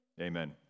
Amen